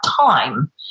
time